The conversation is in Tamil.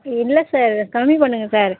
இல்லை சார் கம்மி பண்ணுங்கள் சார்